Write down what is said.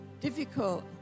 Difficult